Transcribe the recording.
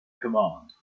command